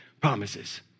promises